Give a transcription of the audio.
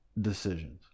decisions